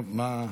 טוב, מה?